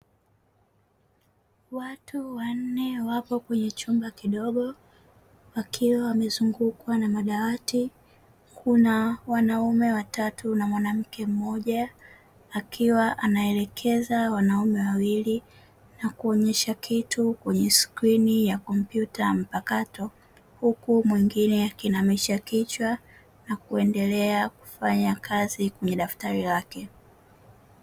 Watu wanne wapo kwenye chumba kidogo wakiwa wamezungukwa na madawati, kuna wanaume watatu na mwanamke mmoja, akiwa anaelekeza wanaume wawili na kuonyesha kitu kwenye skrini ya kompyuta mpakato, huku mwingine akina meshakichwa na kuendelea kufanya kazi kwenye daftari yake.